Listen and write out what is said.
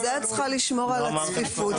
את צריכה לשמור על הצפיפות.